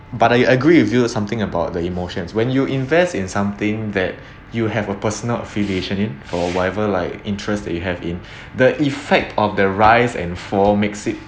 but I agree with you something about the emotions when you invest in something that you have a personal affiliation in for whatever like interest that you have in the effect of the rise and fall makes it